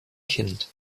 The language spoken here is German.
kind